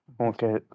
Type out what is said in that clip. okay